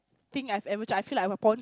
thing I've ever tried I feel like I'm a porn~